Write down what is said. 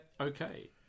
okay